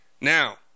now